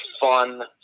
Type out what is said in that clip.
fun